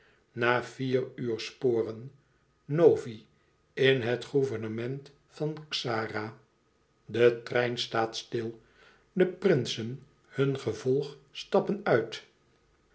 na vier uur sporen novi in het gouvernement van xara de trein staat stil de prinsen hun gevolg stappen uit